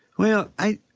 well, i